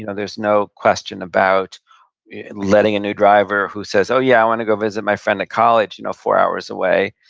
you know there's no question about letting a new driver who says, oh, yeah. i want to go visit my friend at college you know four hours away.